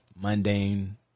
mundane